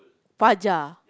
Fajar